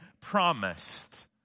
promised